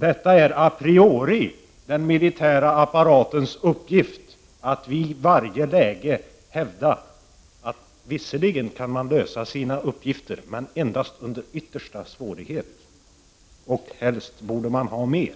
Det är a priori den militära apparatens uppgift att i varje läge hävda att visserligen kan man lösa sina uppgifter men endast med yttersta svårighet och helst borde man ha mer.